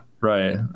right